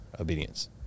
obedience